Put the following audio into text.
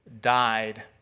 died